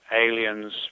aliens